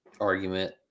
argument